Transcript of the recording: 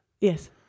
Yes